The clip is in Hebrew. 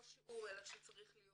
לא שיעור אלא שצריך להיות